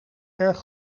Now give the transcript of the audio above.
erg